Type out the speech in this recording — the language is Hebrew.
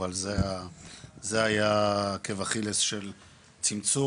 אבל זה היה עקב אכילס של צמצום,